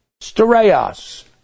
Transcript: stereos